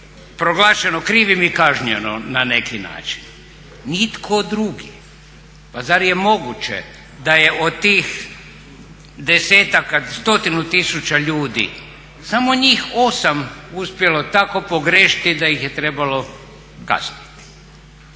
proglašeno krivim i kažnjeno na neki način. Nitko drugi. Pa zar je moguće da je od tih 10-ak, stotinu tisuća ljudi samo njih 8 uspjelo tako pogriješiti da ih je trebalo kazniti?